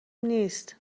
نیست